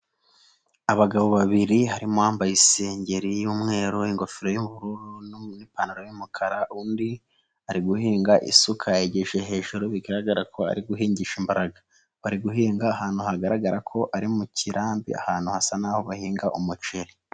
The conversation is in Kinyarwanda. Abagabo babiri harimo uwambaye isengeri y'umweru, ingofero y'ubururu n'ipantaro y'umukara, undi ari guhinga isuka yayigejeje hejuru bigaragara ko ari guhingisha imbaraga, bari guhinga ahantu hagaragara ko ari mu kirambi ahantu hasa n'aho bahinga umuceri.